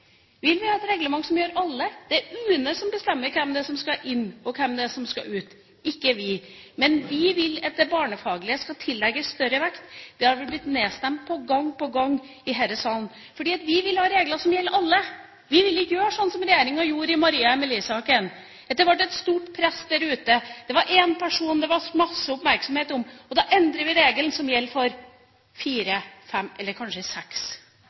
vi vil ha et reglement som gjelder alle. Det er UNE som bestemmer hvem det er som skal inn, og hvem det er som skal ut, ikke vi. Men vi vil at det barnefaglige skal tillegges større vekt. Det har vi blitt nedstemt på gang på gang i denne salen. Vi vil ha regler som gjelder alle. Vi vil ikke gjøre sånn som regjeringa gjorde i Maria Amelie-saken, da det var et stort press der ute, det var én person som det var masse oppmerksomhet om – da endrer man reglene som gjelder for fire–fem eller kanskje seks.